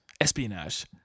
Espionage